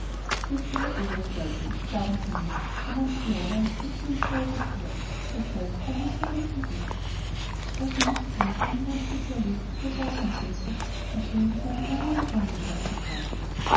bester herr oberstleutnant glauben sie mir der manche jahre an dieser zähen speise kaut daß das heilloser irrtum ist also nicht sie meine herren spezialisten für gasangriffe und ähnliche humane errungenschaften tadle ich